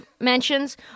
mentions